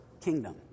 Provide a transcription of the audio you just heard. kingdom